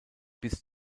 bis